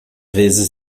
vezes